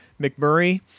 McMurray